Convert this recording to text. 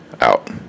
Out